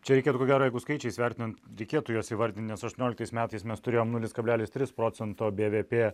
čia reikėtų ko gero jeigu skaičiais vertinant reikėtų juos įvardint nes aštuoniolktais metais mes turėjome nulis kablelis tris procento bvp